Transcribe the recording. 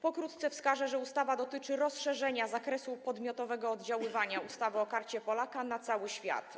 Pokrótce wskażę, że ustawa dotyczy rozszerzenia zakresu podmiotowego oddziaływania ustawy o Karcie Polaka na cały świat.